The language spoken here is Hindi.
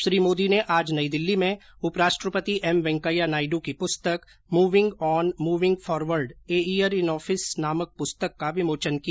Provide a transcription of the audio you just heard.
श्री मोदी ने आज नई दिल्ली में उपराष्ट्रपति एम वैकेया नायड की पुस्तक moving on moving forward a year in office नाम पुस्तक का विमोचन किया